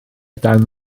dan